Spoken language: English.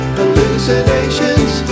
hallucinations